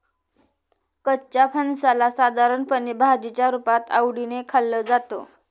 कच्च्या फणसाला साधारणपणे भाजीच्या रुपात आवडीने खाल्लं जातं